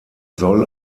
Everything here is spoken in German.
soll